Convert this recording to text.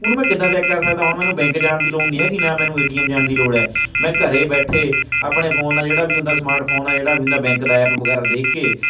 ਉਹਨੂੰ ਮੈਂ ਕਿੱਦਾਂ ਚੈੱਕ ਕਰ ਸਕਦਾ ਹੁਣ ਮੈਨੂੰ ਬੈਂਕ ਜਾਣ ਦੀ ਲੋੜ ਨਹੀਂ ਹੈਗੀ ਨਾ ਮੈਨੂੰ ਏ ਟੀ ਐਮ ਜਾਣ ਦੀ ਲੋੜ ਹੈ ਮੈਂ ਘਰ ਬੈਠੇ ਆਪਣੇ ਫੋਨ ਨਾਲ ਜਿਹੜਾ ਵੀ ਹੁੰਦਾ ਸਮਾਰਟਫੋਨ ਆ ਜਿਹੜਾ ਵੀ ਹੁੰਦਾ ਬੈਂਕ ਦਾ ਐਪ ਵਗੈਰਾ ਦੇਖ ਕੇ